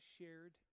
shared